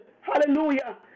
hallelujah